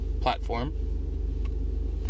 platform